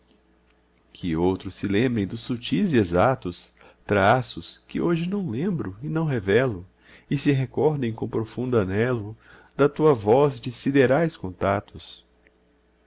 que outros se lembrem dos sutis e exatos traços que hoje não lembro e não revelo e se recordem com profundo anelo da tua voz de siderais contatos